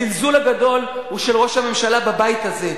הזלזול הגדול הוא של ראש הממשלה בבית הזה.